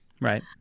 Right